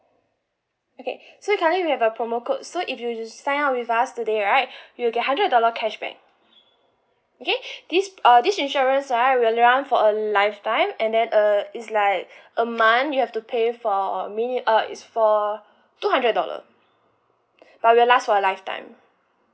okay so currently we have a promo code so if you just sign up with us today right you get hundred dollar cashback okay this uh this insurance right will run for a lifetime and then uh is like a month you have to pay for a mini uh is for two hundred dollar but will last for a lifetime